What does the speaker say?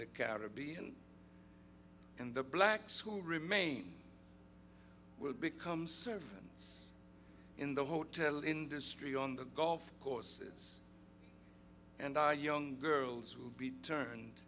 the caribbean and the blacks who remain will become servants in the hotel industry on the golf courses and our young girls will be turned